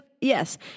yes